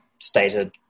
stated